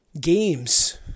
games